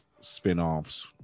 spinoffs